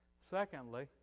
Secondly